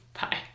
Bye